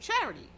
charity